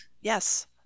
yes